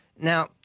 Now